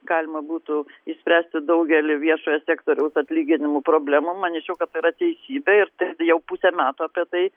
galima būtų išspręsti daugelį viešojo sektoriaus atlyginimų problemų manyčiau kad yra teisybė ir jau pusę metų apie tai